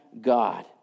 God